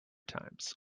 times